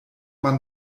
man